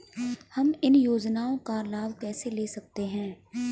हम इन योजनाओं का लाभ कैसे ले सकते हैं?